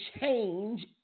change